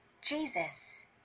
Jesus